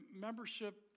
membership